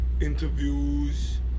interviews